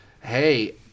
Hey